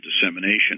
dissemination